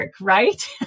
right